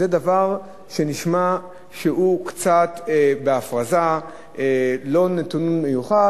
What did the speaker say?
זה דבר שנשמע שהוא קצת הפרזה, לא נתון מיוחד.